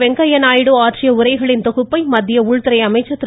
வெங்கய்ய நாயுடு ஆற்றிய உரைகளின் தொகுப்பை மத்திய உள்துறை அமைச்சர் திரு